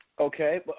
Okay